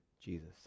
Jesus